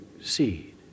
Seed